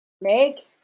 Make